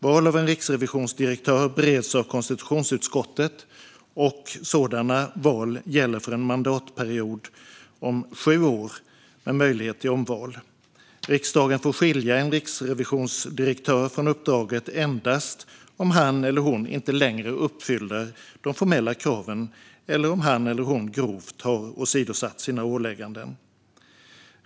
Val av en riksrevisionsdirektör bereds av konstitutionsutskottet, och sådana val gäller för en mandatperiod om sju år med möjlighet till omval. Riksdagen får skilja en riksrevisionsdirektör från uppdraget endast om han eller hon inte längre uppfyller de formella kraven eller om han eller hon grovt har åsidosatt sina ålägganden.